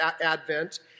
Advent